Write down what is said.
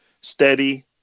steady